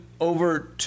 over